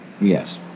Yes